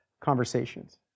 conversations